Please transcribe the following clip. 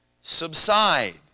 subside